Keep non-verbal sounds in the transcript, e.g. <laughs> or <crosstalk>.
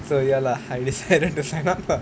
so ya lah I <laughs> decided to sign up lah